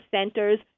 centers